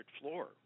floor